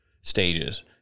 stages